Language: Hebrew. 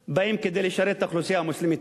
אינם באים כדי לשרת את האוכלוסייה המוסלמית.